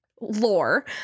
lore